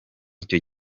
icyo